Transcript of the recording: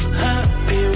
happy